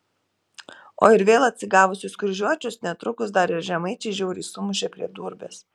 o ir vėl atsigavusius kryžiuočius netrukus dar ir žemaičiai žiauriai sumušė prie durbės